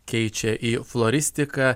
keičia į floristiką